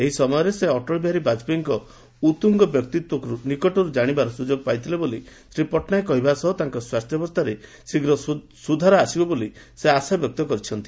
ଏହି ସମୟରେ ସେ ଅଟଳ ବିହାରୀ ବାଜପେୟୀଙ୍କ ଉତ୍ତୁଙ୍ଗ ବ୍ୟକିତ୍ୱକୁ ନିକଟରୁ ଜାଶିବାର ସୁଯୋଗ ପାଇଥିଲେ ବୋଲି ଶ୍ରୀ ପଟ୍ଟନାୟକ କହିବା ସହ ତାଙ୍କ ସ୍ୱାସ୍ସ୍ୟାବସ୍ରାରେ ଶୀଘ୍ର ସୁଧାର ଆସିବ ବୋଲି ସେ ଆଶାବ୍ୟକ୍ତ କରିଛନ୍ତି